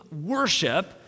worship